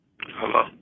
Hello